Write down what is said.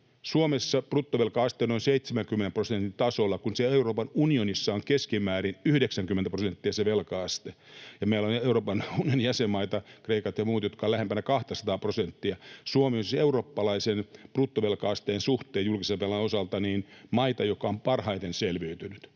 Suomessa bruttovelka-aste on noin 70 prosentin tasolla, kun Euroopan unionissa on keskimäärin 90 prosenttia se velka-aste — ja meillä on Euroopan unionin jäsenmaita, Kreikat ja muut, jotka ovat lähempänä 200:aa prosenttia. Suomi on siis eurooppalaisen bruttovelka-asteen suhteen julkisen velan osalta maita, joka on parhaiten selviytynyt,